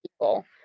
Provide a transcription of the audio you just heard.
people